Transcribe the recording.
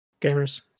gamers